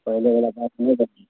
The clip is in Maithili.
पहिलेवला बात नहि देखिऔ